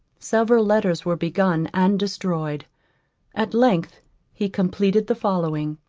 several letters were begun and destroyed at length he completed the following